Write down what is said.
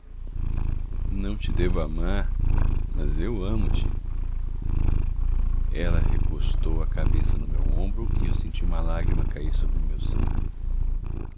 não te devo amar mas eu amo-te ela recostou a cabeça ao meu ombro e eu senti uma lágrima cair sobre meu seio